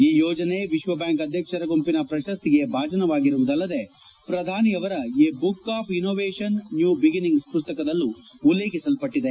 ಈ ಯೋಜನೆ ವಿಶ್ವ ಬ್ಯಾಂಕ್ ಅಧ್ಯಕ್ಷರ ಗುಂಪಿನ ಪ್ರಶಸ್ತಿಗೆ ಭಾಜನವಾಗಿರುವುದಲ್ಲದೇ ಪ್ರಧಾನಿಯವರ ಎ ಬುಕ್ ಆಪ್ ಇನೋವೇಷನ್ ನ್ಲೂ ಬಿಗಿನಿಂಗ್ ಪುಸ್ತಕದಲ್ಲೂ ಉಲ್ಲೇಖಿಸಲ್ಲಟ್ಟಿದೆ